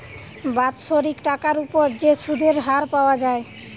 বাৎসরিক টাকার উপর যে সুধের হার পাওয়া যায়